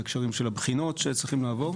בהקשרים של הבחינות שצריכים לעבור.